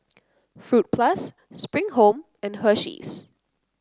Fruit Plus Spring Home and Hersheys